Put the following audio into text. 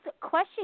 question